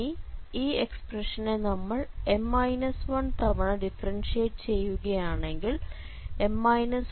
ഇനി ഈ എക്സ്പ്രഷനെ നമ്മൾ m 1 തവണ ഡിഫറൻഷ്യേറ്റ് ചെയ്യുകയാണെങ്കിൽ m 1